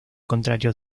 contrario